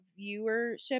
viewership